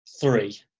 three